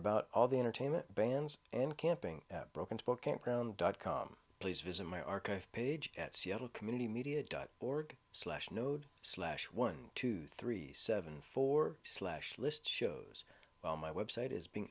about all the entertainment bans and camping at broken spokane crown dot com please visit my archive page at seattle community media dot org slash node slash one two three seven four slash list shows on my website is being